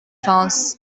fans